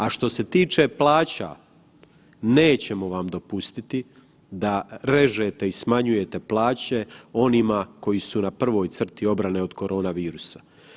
A što se tiče plaća, nećemo vam dopustiti da režete i smanjujete plaće onima koji su na prvoj crti obrane od korona virusa.